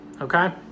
okay